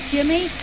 Jimmy